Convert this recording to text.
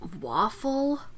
Waffle